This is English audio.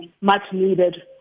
much-needed